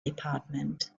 department